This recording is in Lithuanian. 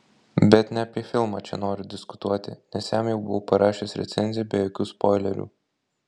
bet ne apie filmą čia noriu diskutuoti nes jam jau buvau parašęs recenziją be jokių spoilerių